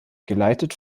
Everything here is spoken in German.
geleitet